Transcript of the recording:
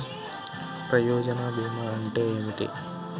ప్రయోజన భీమా అంటే ఏమిటి?